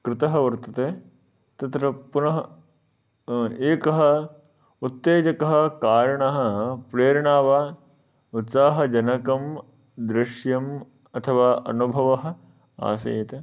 कुतः वर्तते तत्र पुनः एकः उत्तेजकं कारणं प्रेरणा वा उत्साहजनकं दृश्यम् अथवा अनुभवः आसीत्